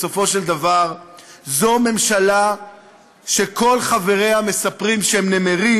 בסופו של דבר זו ממשלה שכל חבריה מספרים שהם נמרים,